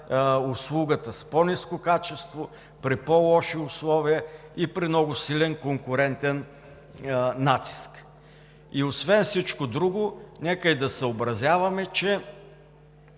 услугата с по-ниско качество, при по-лоши условия и при много силен конкурентен натиск. Освен всичко друго, нека и да съобразяваме, че